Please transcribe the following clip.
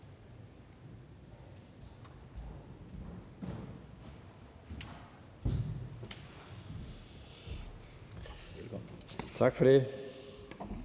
Tak for det.